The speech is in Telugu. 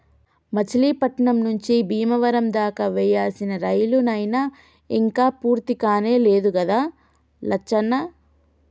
మచిలీపట్నం నుంచి బీమవరం దాకా వేయాల్సిన రైలు నైన ఇంక పూర్తికానే లేదు గదా లచ్చన్న